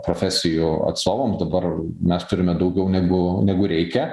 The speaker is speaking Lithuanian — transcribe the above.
profesijų atstovams dabar mes turime daugiau negu negu reikia